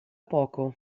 poco